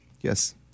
yes